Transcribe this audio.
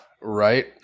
Right